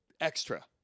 extra